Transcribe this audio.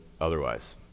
otherwise